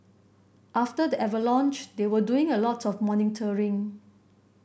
after the avalanche they were doing a lot of monitoring